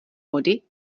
vody